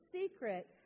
secret